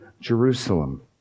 Jerusalem